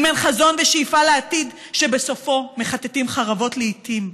אם אין חזון ושאיפה לעתיד שבסופו מכתתים חרבות לאיתים?